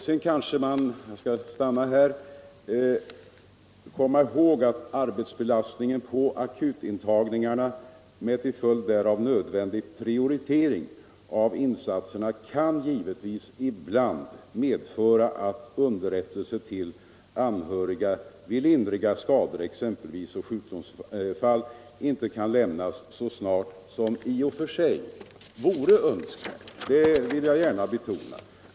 Sedan får man komma ihåg att arbetsbelastningen på akutintagningarna med till följd därav nödvändig prioritering av insatserna givetvis ibland kan medföra att underrättelse till anhöriga vid lindriga skador och sjukdomsfall inte lämnas så snart som i och för sig vore önskvärt.